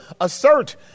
assert